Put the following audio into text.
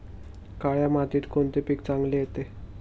काळ्या मातीत कोणते पीक चांगले येते?